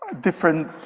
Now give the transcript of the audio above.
different